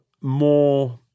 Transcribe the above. more